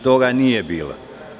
Toga nije bilo.